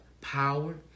power